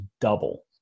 double